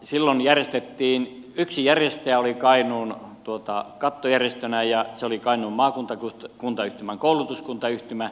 silloin yksi järjestäjä oli kainuun kattojärjestönä ja se oli kainuun maakuntayhtymän koulutuskuntayhtymä